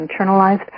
internalized